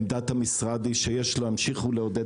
עמדת המשרד היא שיש להמשיך ולעודד